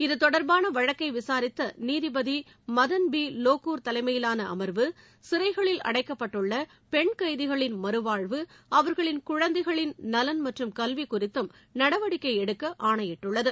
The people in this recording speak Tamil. இது தொடர்பான வழக்கை விசாரித்த நீதிபதி மதன் பி லோகூர் தலைமையிலான அமர்வு சிறைகளில் அடைக்கப்பட்டுள்ள பெண் கைதிகளின் மறுவாழ்வு அவர்களின் குழந்தைகள் நலன் மற்றும் கல்வி குறித்தும் நடவடிக்கை எடுக்க ஆணையிட்டுள்ளது